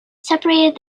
separated